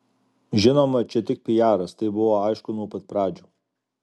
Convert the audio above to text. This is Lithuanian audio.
žinoma čia tik piaras tai buvo aišku nuo pat pradžių